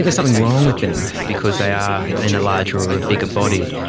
and something wrong with them because they are in a larger or a bigger body,